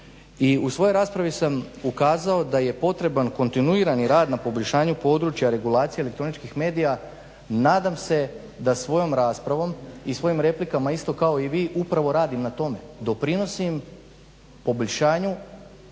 u svojoj raspravi sam ukazao da je potreban kontinuirani rad na poboljšanju područja regulacije elektroničkih medija, nadam se da svojom raspravom i svojim replikama isto kao i vi upravo radim na tome, doprinosim poboljšanju